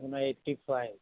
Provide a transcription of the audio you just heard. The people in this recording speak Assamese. আপোনাৰ এইট্টি ফাইভ